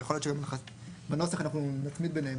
ויכול להיות שבנוסח אנחנו נצמיד בניהם.